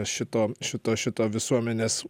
šito šito šito visuomenės